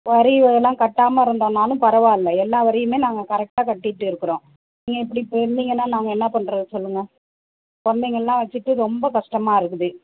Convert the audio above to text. வரி இதெலாம் கட்டாமல் இருந்தோன்னாலும் பரவாயில்ல எல்லா வரியுமே நாங்கள் கரெக்டாக கட்டிட்டு இருக்கிறோம் நீங்கள் இப்படி இருந்தீங்கன்னா நாங்கள் என்ன பண்ணுறது சொல்லுங்கள் குழந்தைங்கள்லாம் வச்சிட்டு ரொம்ப கஷ்டமாக இருக்குது